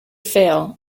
fail